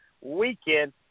weekend